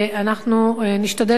נירה